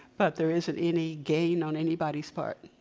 but there isn't any gain on anybody's part.